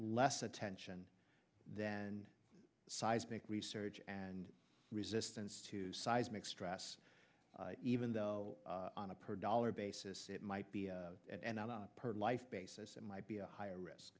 less attention than seismic research and resistance to seismic stress even though on a per dollar basis it might be and per life basis it might be a higher